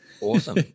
Awesome